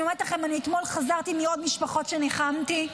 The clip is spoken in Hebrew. אני אומרת לכם שאתמול חזרתי מעוד משפחות שניחמתי,